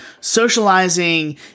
socializing